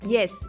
Yes